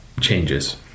changes